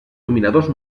dominador